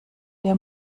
der